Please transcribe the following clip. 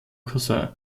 cousin